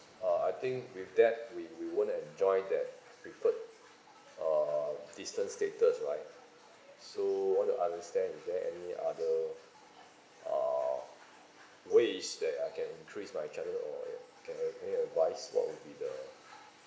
uh I think with that we we won't enjoy that preferred uh distance status right so I want to understand is there any other uh ways that I can twist my channel or can I pay advice what would be the